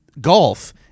golf